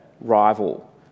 rival